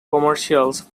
commercials